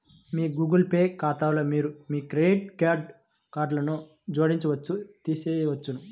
మీ Google Pay ఖాతాలో మీరు మీ క్రెడిట్, డెబిట్ కార్డ్లను జోడించవచ్చు, తీసివేయవచ్చు